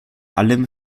allem